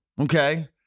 okay